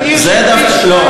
זה דווקא לא.